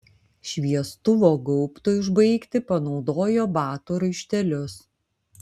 šviestuvo gaubtui užbaigti panaudojo batų raištelius